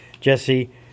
jesse